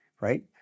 Right